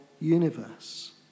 universe